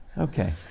Okay